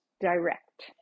direct